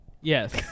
Yes